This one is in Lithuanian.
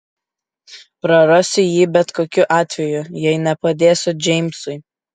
prarasiu jį bet kokiu atveju jei nepadėsiu džeimsui